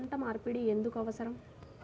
పంట మార్పిడి ఎందుకు అవసరం?